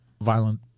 violent